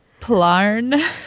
plarn